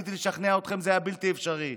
ניסיתי לשכנע אתכם, זה היה בלתי אפשרי,